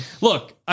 Look